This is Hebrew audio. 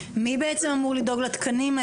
מי בעצם צריך לדאוג לתקנים,